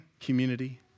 community